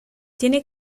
tiene